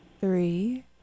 three